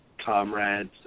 comrades